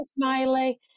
smiley